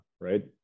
right